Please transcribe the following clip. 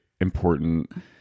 important